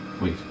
Wait